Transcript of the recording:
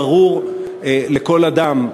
הברור לכל אדם,